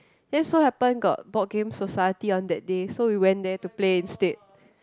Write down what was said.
then so happen go board game society on that day so we went there and play instead